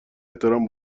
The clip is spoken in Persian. احترام